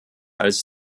als